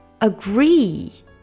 Agree